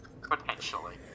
Potentially